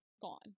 gone